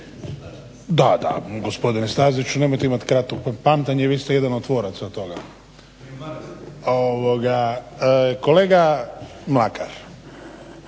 Da, da, gospodine Staziću nemojte imati kratko pamćenje. Vi ste jedan od tvoraca toga. Kolega Mlakar,